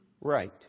right